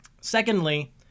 Secondly